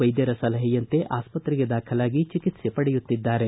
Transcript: ವೈದ್ಯರ ಸಲಹೆಯಂತೆ ಆಸ್ಪತ್ತೆಗೆ ದಾಖಲಾಗಿ ಚಿಕಿತ್ಸೆ ಪಡೆಯುತ್ತಿದ್ದಾರೆ